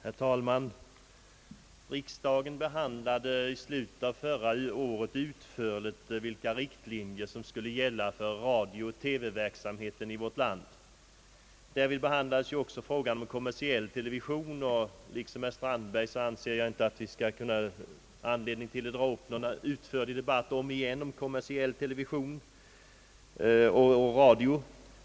Herr talman! Riksdagen behandlade i slutet av förra året utförligt de riktlinjer som skulle gälla för radiooch TV-verksamheten i vårt land. Därvid debatterades även frågan om kommersiell television, och därför anser jag i likhet med herr Strandberg att vi inte bör ha anledning att nu åter dra upp en utförlig debatt om kommersiell TV och radio.